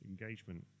engagement